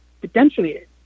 potentially